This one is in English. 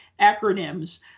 acronyms